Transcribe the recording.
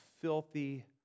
filthy